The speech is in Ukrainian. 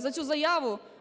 за цю заяву,